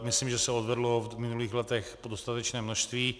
Myslím, že se odvedlo v minulých letech dostatečné množství.